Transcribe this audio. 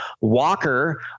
Walker